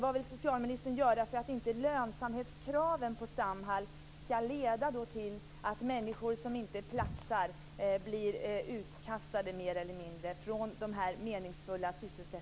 Vad vill socialministern göra för att det skall bli möjligt att uppnå denna nivå på minst